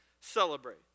celebrate